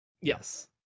yes